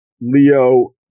Leo